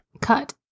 cut